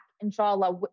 inshallah